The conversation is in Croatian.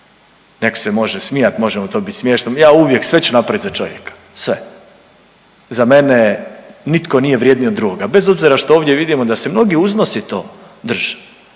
neko se može smijat, može mu to bit smiješno, ja uvijek, sve ću napravit za čovjeka, sve. Za mene nitko nije vrjedniji od drugoga bez obzira što ovdje vidimo da se mnogi uznosito drže,